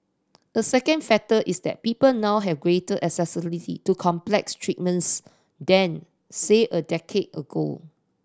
a second factor is that people now have greater accessibility to complex treatments than say a decade ago